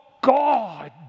God